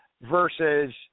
Versus